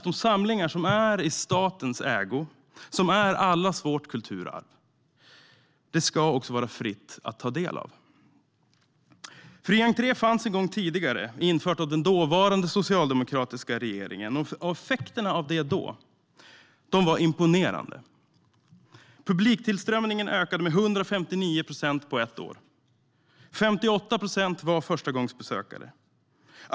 De samlingar som är i statens ägo och som är allas vårt kulturarv ska också vara fria att ta del av. Fri entré fanns en gång tidigare, infört av den dåvarande socialdemokratiska regeringen. Effekterna då var imponerande. Publiktillströmningen ökade med 159 procent på ett år. 58 procent var förstagångsbesökare.